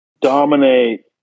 dominate